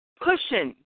pushing